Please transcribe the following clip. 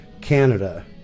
Canada